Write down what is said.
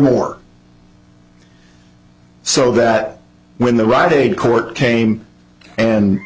more so that when the rite aid court came and